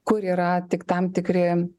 kur yra tik tam tikri